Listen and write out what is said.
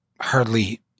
hardly